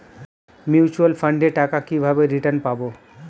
Mutual ফান্ডের টাকা কিভাবে রিটার্ন পাব?